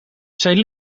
zijn